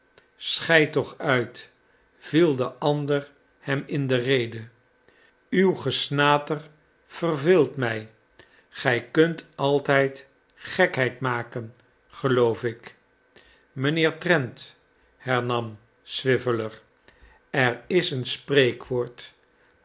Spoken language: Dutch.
schei toch uit viel de ander hem in de rede uw gesnater verveelt mij gij kunt altijd gekheid maken geloof ik mijnheer trent hernarn swiveller er is een spreekwoord